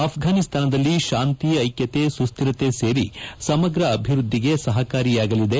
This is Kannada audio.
ಅಫ್ಪಾನಿಸ್ತಾನದಲ್ಲಿ ಶಾಂತಿ ಐಕ್ಕತೆ ಸುಸ್ಟಿರತೆ ಸೇರಿ ಸಮಗ್ರ ಅಭಿವೃದ್ದಿಗೆ ಸಪಕಾರಿಯಾಗಲಿದೆ